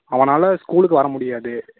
அவனால் ஸ்கூலுக்கு வர முடியாது